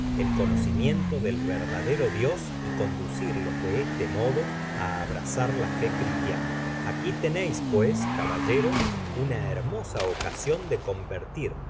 el conocimiento del verdadero dios y conducirlos de este modo á abrazar la fe cristiana aqui teueis pues caballero una hermosa ocasion da convertir